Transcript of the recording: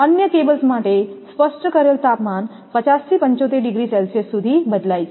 અન્ય કેબલ્સ માટે સ્પષ્ટ કરેલ તાપમાન 50 થી 75 ડિગ્રી સેલ્સિયસ સુધી બદલાય છે